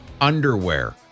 Underwear